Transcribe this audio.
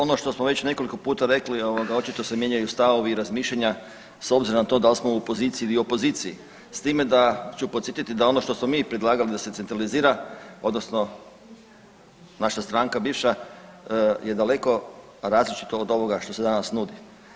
Ono što smo već nekoliko puta rekli, očito se mijenjaju stavovi i razmišljanja s obzirom na to da li smo u poziciji ili opoziciji s time da ću podsjetiti da ono što smo mi predlagali da se centralizira, odnosno naša stranka bivša je daleko različita od ovoga što se danas nudi.